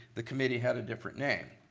the committee had a different name.